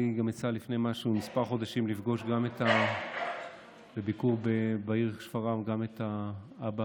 גם לי יצא לפני כמה חודשים לפגוש בביקור בעיר שפרעם גם את האבא